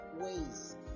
ways